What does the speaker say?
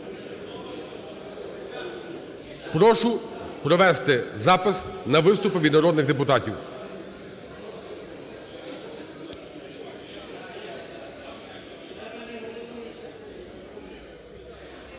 Прошу провести запис на виступи від народних депутатів.